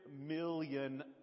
million